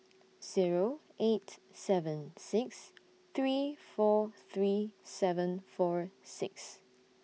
Zero eight seven six three four three seven four six